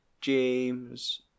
James